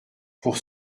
pour